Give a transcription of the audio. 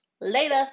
later